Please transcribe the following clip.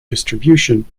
distribution